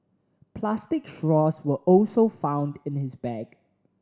plastic straws were also found in his bag